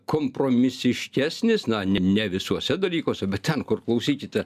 kompromisiškesnis na ne visuose dalykuose bet ten kur klausykite